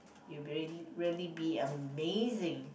it will really really be amazing